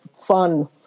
fun